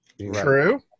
True